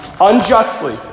unjustly